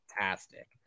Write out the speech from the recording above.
fantastic